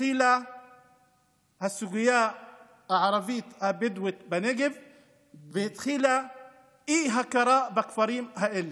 התחילה הסוגיה הערבית-הבדואית בנגב והתחילה אי-הכרה בכפרים האלה.